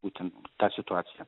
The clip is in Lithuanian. būtent tą situaciją